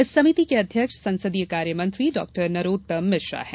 इस समिति के अध्यक्ष संसदीय कार्यमंत्री डॉक्टर नरोत्तम मिश्रा है